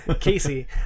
Casey